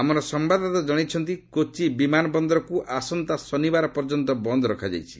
ଆମର ସମ୍ଭାଦଦାତା ଜଣାଇଛନ୍ତି କୋଚି ବିମାନ ବନ୍ଦରକୁ ଆସନ୍ତା ଶନିବାର ପର୍ଯ୍ୟନ୍ତ ବନ୍ଦ୍ ରଖାଯାଇଛି